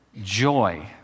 joy